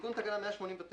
תיקון תקנה 189